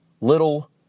Little